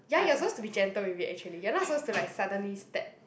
ya you're supposed to be gentle with it actually you're not supposed to like suddenly step